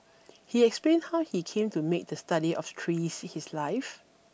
he explained how he came to make the study of trees his life